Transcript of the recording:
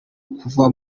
kuva